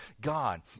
God